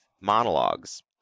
monologues